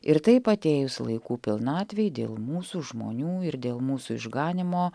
ir taip atėjus laikų pilnatvei dėl mūsų žmonių ir dėl mūsų išganymo